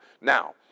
Now